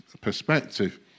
perspective